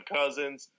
Cousins